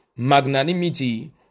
magnanimity